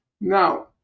Now